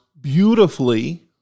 beautifully